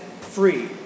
free